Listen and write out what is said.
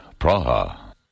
Praha